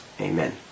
Amen